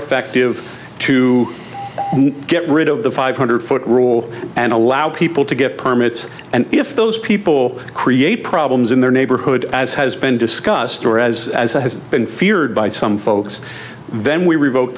effective to get rid of the five hundred foot rule and allow people to get permits and if those people create problems in their neighborhood as has been discussed or as as a has been feared by some folks then we revoke